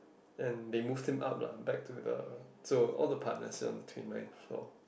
and they moved him up lah back to the so all the partners are on the twenty ninth floor